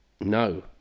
No